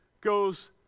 goes